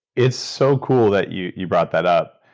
it's so cool that you you brought that up.